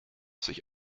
sich